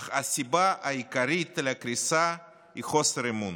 אך הסיבה העיקרית לקריסה היא חוסר אמון.